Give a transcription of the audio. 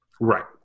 Right